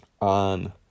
on